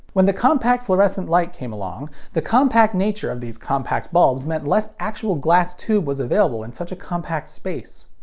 when the compact fluorescent light came along, the compact nature of these compact bulbs meant less actual glass tube was available in such a compact space.